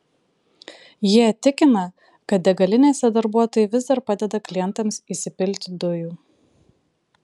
jie tikina kad degalinėse darbuotojai vis dar padeda klientams įsipilti dujų